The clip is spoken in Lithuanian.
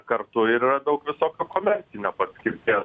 kartu ir yra daug visokio komercinio paskirtie